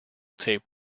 tape